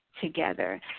together